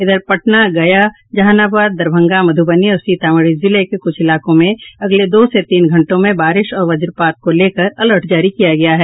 इधर पटना गया जहानाबाद दरभंगा मधुबनी और सीतामढ़ी जिले के कुछ इलाकों में अगले दो से तीन घंटों में बारिश और वज्रपात को लेकर अलर्ट जारी किया गया है